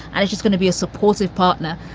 and it's just gonna be a supportive partner.